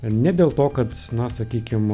ne dėl to kad na sakykim